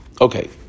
Okay